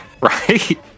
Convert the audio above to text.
Right